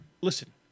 Listen